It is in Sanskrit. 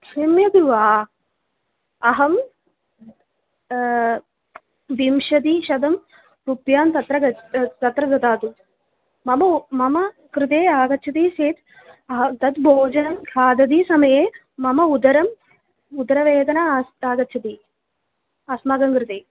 श्रुणोति वा अहं विंशतिशतं रूप्यकं तत्र गतं तत्र ददातु मम उप् मम कृते आगच्छति चेत् तत् भोजनं खादति समये मम उदरम् उदरवेदना अस्ति आगच्छति अस्माकं कृते